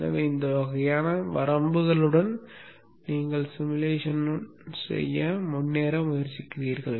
எனவே இந்த வகையான வரம்புகளுடன் நீங்கள் உருவகப்படுத்துதலுடன் முன்னேற முயற்சிக்கிறீர்கள்